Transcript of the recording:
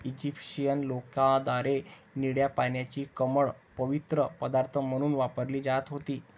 Egyptian लोकांद्वारे निळ्या पाण्याची कमळ पवित्र पदार्थ म्हणून वापरली जात होती